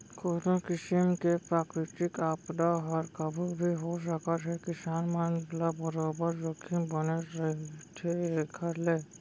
कोनो भी किसिम के प्राकृतिक आपदा हर कभू भी हो सकत हे किसान मन ल बरोबर जोखिम बने रहिथे एखर ले